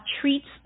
treats